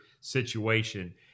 situation